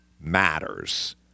matters